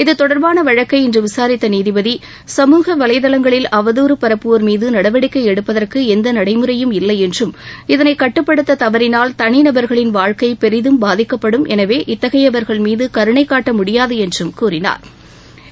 இது தொடர்பான வழக்கை இன்று விசாரித்த நீதிபதி சமூக வலைதளங்களில் அவதூறு பரப்புவோர் மீது நடவடிக்கை எடுப்பதற்கு எந்த நடைமுறையும் இல்லை என்றும் இதனை கட்டுப்படுத்த தவறினால் கனி நபர்களின் வாழ்க்கை பெரிதும் பாதிக்கப்படும் எனவே இத்தகையவர்கள் மீது கருணை காட்ட முடியாது என்றும் கூறினா்